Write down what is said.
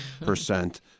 percent